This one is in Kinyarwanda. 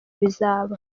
bizaba